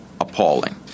appalling